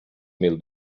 mil